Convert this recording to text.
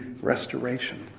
restoration